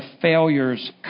failures